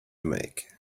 make